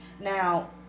Now